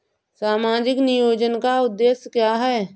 सामाजिक नियोजन का उद्देश्य क्या है?